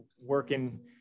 working